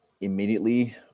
immediately